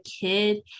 kid